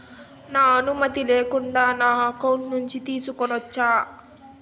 నా అనుమతి లేకుండా నా అకౌంట్ గురించి తెలుసుకొనొచ్చా?